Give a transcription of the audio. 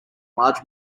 large